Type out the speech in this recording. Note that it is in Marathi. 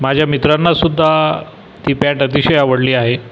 माझ्या मित्रांना सुद्धा ती पॅन्ट अतिशय आवडली आहे